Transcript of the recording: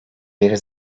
beri